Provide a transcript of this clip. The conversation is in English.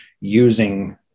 using